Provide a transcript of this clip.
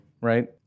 right